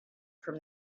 from